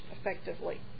effectively